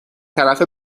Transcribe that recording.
طرفه